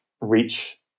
reach